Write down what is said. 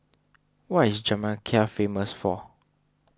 what is Jamaica famous for